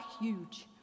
huge